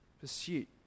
pursuit